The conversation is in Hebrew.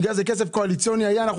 בגלל שזה היה כסף קואליציוני אז אנחנו